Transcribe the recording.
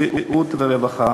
בריאות ורווחה,